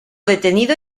detenido